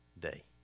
day